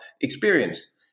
experience